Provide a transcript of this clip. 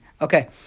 Okay